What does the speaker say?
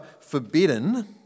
forbidden